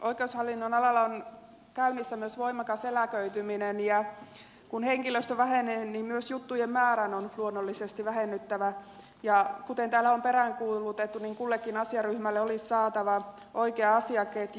oikeushallinnon alalla on käynnissä myös voimakas eläköityminen ja kun henkilöstö vähenee niin myös juttujen määrän on luonnollisesti vähennyttävä ja kuten täällä on peräänkuulutettu niin kullekin asiaryhmälle olisi saatava oikea asiaketju